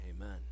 amen